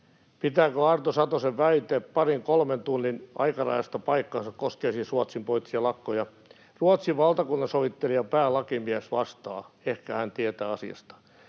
”Pitääkö Arto Satosen väite parin kolmen tunnin aikarajasta paikkansa?” — Koskee siis Ruotsin poliittisia lakkoja. — ”Ruotsin valtakunnansovittelijan päälakimies vastaa” — ehkä hän tietää asiasta: